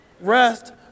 rest